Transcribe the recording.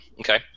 Okay